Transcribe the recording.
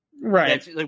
Right